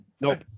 Nope